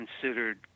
considered